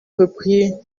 repris